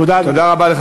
תודה, אדוני.